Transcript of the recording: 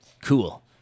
Cool